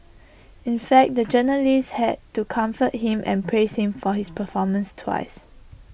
in fact the journalist had to comfort him and praise him for his performance twice